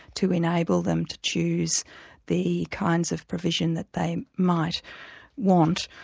to enable them to choose the kinds of provision that they might want,